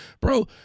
bro